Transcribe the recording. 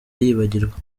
yibagirwa